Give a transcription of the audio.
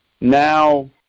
now